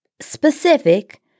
specific